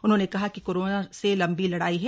उन्होंने कहा कि कोरोना से लम्बी लड़ाई है